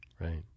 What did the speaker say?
right